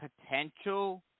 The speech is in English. potential